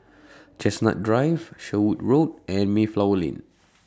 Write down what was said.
Chestnut Drive Sherwood Road and Mayflower Lane